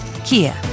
Kia